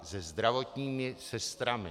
Se zdravotními sestrami.